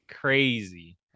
crazy